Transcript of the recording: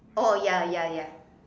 oh ya ya ya